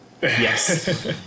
Yes